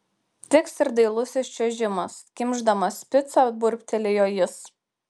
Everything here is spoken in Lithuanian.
tiks ir dailusis čiuožimas kimšdamas picą burbtelėjo jis